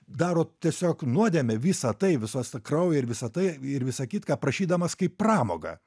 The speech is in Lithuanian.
daro tiesiog nuodėmę visa tai visos kraują ir visą tai ir visą kitką aprašydamas kaip pramogą